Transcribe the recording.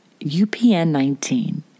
UPN-19